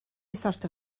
sortio